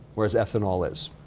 whereas ethanol is.